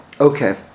Okay